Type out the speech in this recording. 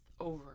over